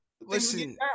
Listen